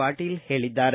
ಪಾಟೀಲ ಹೇಳಿದ್ದಾರೆ